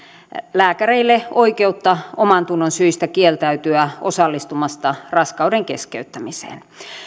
lääkäreille oikeutta omantunnonsyistä kieltäytyä osallistumasta raskauden keskeyttämiseen